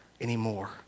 anymore